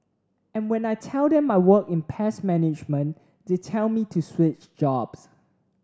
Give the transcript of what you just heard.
and when I tell them I work in pest management they tell me to switch jobs